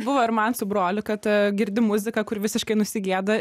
buvo ir man su broliu kad girdi muziką kur visiškai nusigieda